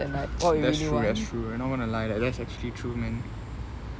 that's true that's true I'm not going to lie that's actually true man